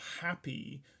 happy